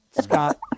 Scott